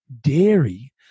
dairy